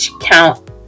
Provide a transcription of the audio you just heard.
count